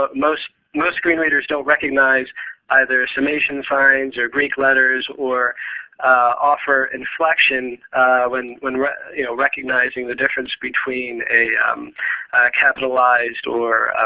ah most most screen readers don't recognize either summation signs or greek letters, or offer inflection when when you know recognizing the difference between a capitalized or